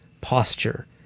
posture